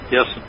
Yes